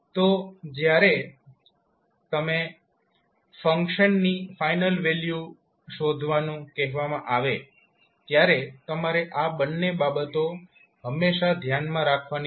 તો જ્યારે તમને ફંકશનની ફાઇનલ વેલ્યુ શોધવાનું કહેવામાં આવે ત્યારે તમારે આ બંને બાબતો હંમેશા ધ્યાનમાં રાખવાની રહેશે